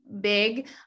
big